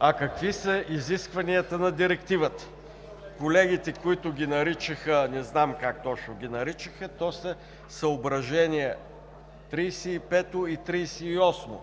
А какви са изискванията на Директивата? Колегите, които ги наричаха – не знам как точно ги наричаха, са съображения 35 и 38